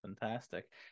Fantastic